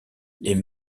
les